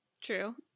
True